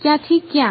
ક્યાંથી ક્યાં